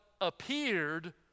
appeared